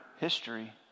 history